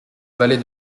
vallée